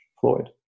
Floyd